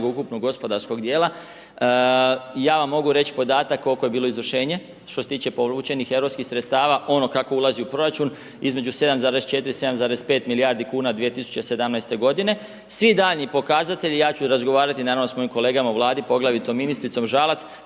ukupnog gospodarskog dijela, ja vam mogu reći podatak koliko je bilo izvršenje, što se tiče povučenih europskih sredstava, ono kako ulazi u proračun, između 7,4 – 7,5 milijardi kuna 2017. godine. Svi daljnji pokazatelji, ja ću razgovarati, naravno, s mojim kolegama u Vladi, poglavito ministricom Žalac,